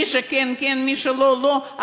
מי שכן, כן, מי שלא, לא.